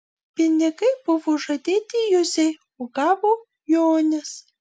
pinigai buvo žadėti juzei o gavo jonis